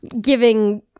giving